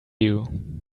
you